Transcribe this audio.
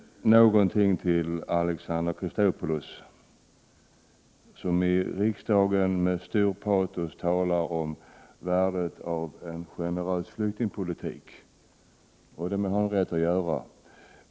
Alexander Chrisopoulos talar i riksdagen med stort patos om värdet av en generös flyktingpolitik. Det har han rätt att göra.